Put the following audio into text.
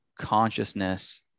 consciousness